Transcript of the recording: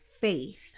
faith